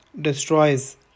destroys